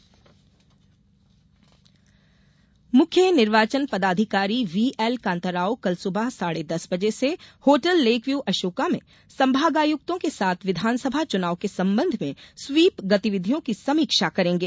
चुनाव समीक्षा बैठक मुख्य निर्वाचन पदाधिकारी व्हीएलकान्ता राव कल सुबह साढ़े दस बजे से होटल लेकव्यू अशोका में संभागायुक्तों के साथ विधान सभा चुनाव के संबंध में स्वीप गतिविधियों की समीक्षा करेंगे